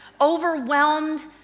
overwhelmed